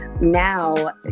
Now